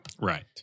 Right